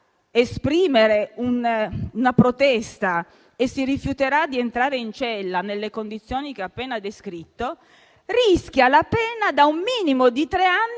esprimere una protesta e si rifiuterà di entrare in cella nelle condizioni che ho appena descritto, rischia la pena da un minimo di tre a